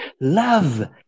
Love